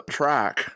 track